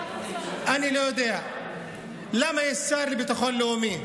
אני לא יודע למה יש שר לביטחון לאומי.